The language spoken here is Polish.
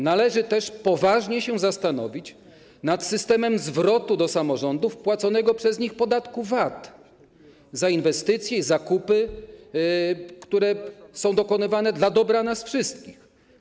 Należy też poważnie się zastanowić nad systemem zwrotu do samorządów płaconego przez nie podatku VAT za inwestycje i zakupy, które są dokonywane dla dobra nas wszystkich.